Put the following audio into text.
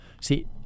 See